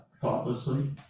thoughtlessly